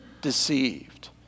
deceived